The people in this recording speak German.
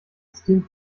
system